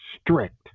strict